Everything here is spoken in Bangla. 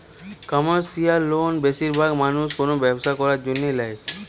কমার্শিয়াল লোন বেশিরভাগ মানুষ কোনো ব্যবসা করার জন্য ল্যায়